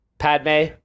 Padme